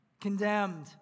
condemned